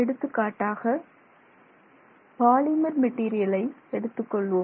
எடுத்துக்காட்டாக பாலிமர் மெட்டீரியலை எடுத்துக்கொள்வோம்